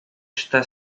está